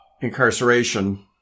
incarceration